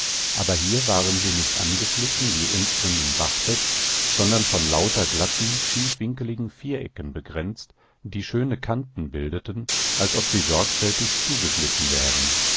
aber hier waren sie nicht angeschliffen wie unten im bachbett sondern von lauter glatten schiefwinkeligen vierecken begrenzt die schöne kanten bildeten als ob sie sorgfältig zugeschliffen wären